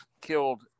killed